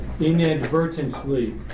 inadvertently